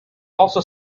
also